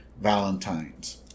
valentines